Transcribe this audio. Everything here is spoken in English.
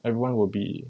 everyone will be